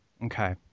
Okay